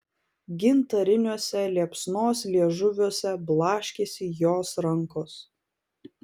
gintariniuose liepsnos liežuviuose blaškėsi jos rankos